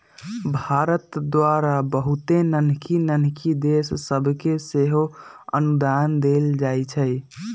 भारत द्वारा बहुते नन्हकि नन्हकि देश सभके सेहो अनुदान देल जाइ छइ